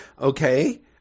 Okay